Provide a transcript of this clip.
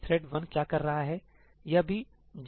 thread one क्या कर रहा है